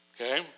Okay